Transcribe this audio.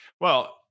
Well-